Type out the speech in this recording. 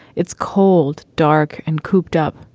it's cold, dark and cooped up.